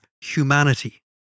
humanity